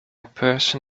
person